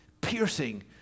Piercing